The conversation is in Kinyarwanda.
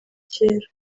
cyera